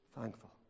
thankful